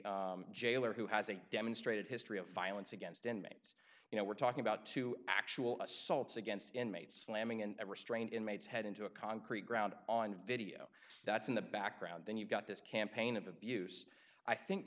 a jailer who has a demonstrated history of violence against inmates you know we're talking about two actual assaults against inmates slamming in a restrained inmates head into a concrete ground on video that's in the background then you've got this campaign of abuse i think